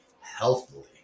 healthily